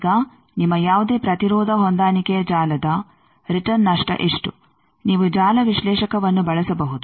ಈಗ ನಿಮ್ಮ ಯಾವುದೇ ಪ್ರತಿರೋಧ ಹೊಂದಾಣಿಕೆಯ ಜಾಲದ ರಿಟರ್ನ್ ನಷ್ಟ ಎಷ್ಟು ನೀವು ಜಾಲ ವಿಶ್ಲೇಷಕವನ್ನು ಬಳಸಬಹುದು